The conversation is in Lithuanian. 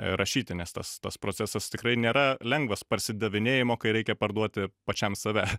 rašyti nes tas tas procesas tikrai nėra lengvas parsidavinėjimo kai reikia parduoti pačiam save